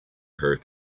her